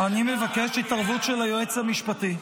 אני מבקש התערבות של היועץ המשפטי.